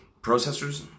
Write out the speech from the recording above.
processors